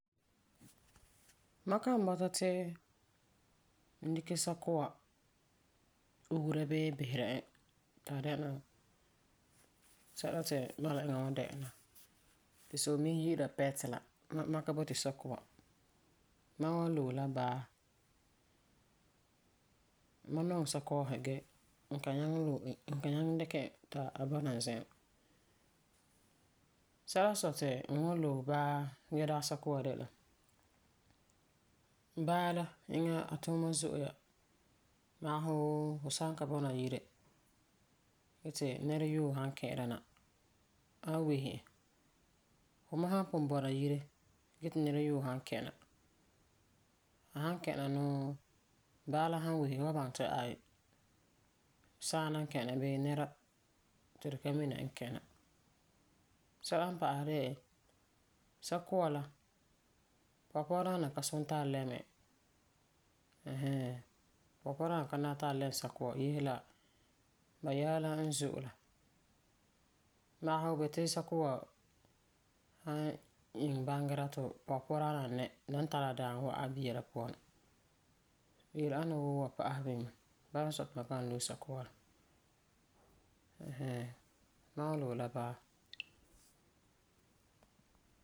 Mam kan bɔta ti n dikɛ sakua ugera bii bisera e ti a dɛna sɛla ti mam la eŋa wan dɛ'ɛna ti solemiisi yi'ira ti pet la. Mam mam ka boti sakua. Mam wan loe la baa. Mam nɔŋɛ Sakɔɔsi ge n kan nyaŋɛ loe e n kan nyaŋɛ dikɛ e ti a bɔna n zi'an. Sɛla n sɔi ti n wan loe baa ge dagi sakua de la. Baa eŋa a tuuma zo'e ya. Magesi wuu fu san ka bɔna yire ge ti nɛreyoo san ki'ira na, a wan wese e. Fu san pugum bɔna yire ge ti nɛreyoo san kɛ' na, a san kɛ̃ na nuu baa la san wese, fu wan baŋɛ ti aai, saana n kɛ̃ na bii nɛra ti tu ka mina n kɛ̃ na. Sɛla n pa'asɛ de'e, sakua la pɔgepua daana ka suni ti a lɛm e ɛɛn hɛɛn Pɔgepua daana ka suni ti a lɛm sakua yese la ba yɛla la n zo'e la. Magesi wuu ba yeti sakua san iŋɛ bangira ti pɔgepua daana nɛ la ni tari daaŋɔ wa'am a bia la puan na. Yele-ana wa woo wa pa'asɛ bini mɛ. Bala n sɔi ti mam kan loe sakua la. Ma wan loe la baa.